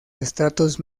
estratos